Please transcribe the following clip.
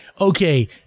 okay